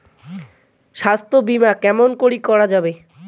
স্বাস্থ্য বিমা কেমন করি করা যাবে?